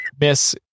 miss